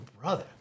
brother